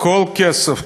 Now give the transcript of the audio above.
כל הכסף,